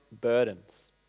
burdens